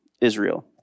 Israel